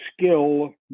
skill